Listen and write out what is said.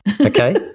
Okay